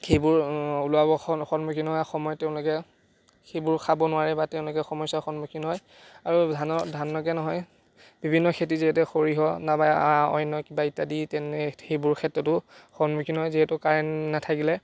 সেইবোৰ ওলোৱাব সন্মুখীন হোৱা সময়ত তেওঁলোকে সেইবোৰ খাব নোৱাৰে বা তেওঁলোকে সমস্যাৰ সন্মুখীন হয় আৰু ধানৰ ধানকে নহয় বিভিন্ন খেতি যিহেতু সৰিয়হ নাইবা আ অন্য কিবা ইত্যাদি সেইবোৰৰ ক্ষেত্ৰতো সন্মুখীন হয় যিহেতু কাৰেণ্ট নাথাকিলে